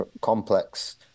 complex